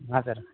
ಹಾಂ ಸರ್